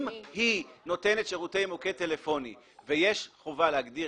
אם היא נותנת שירותי מוקד טלפוני ויש חובה להגדיר,